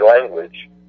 language